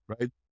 right